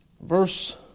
verse